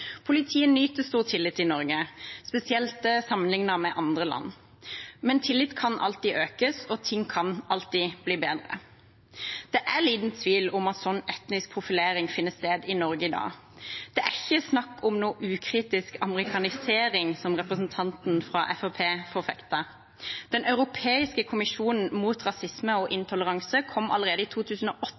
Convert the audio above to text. ting kan alltid bli bedre. Det er liten tvil om at sånn etnisk profilering finner sted i Norge i dag. Det er ikke snakk om noen ukritisk amerikanisering, som representanten fra Fremskrittspartiet forfekter. Den europeiske kommisjonen mot rasisme og intoleranse kom allerede i 2008